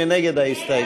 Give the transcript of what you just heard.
מי נגד ההסתייגות?